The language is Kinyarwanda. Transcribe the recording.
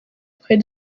twari